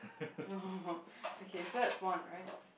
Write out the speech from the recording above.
no okay so that's one right